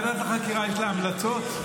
לוועדת החקירה יש המלצות?